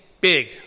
big